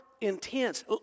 intense